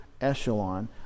echelon